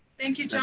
thank you, john.